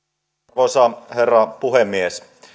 arvoisa herra puhemies